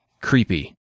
creepy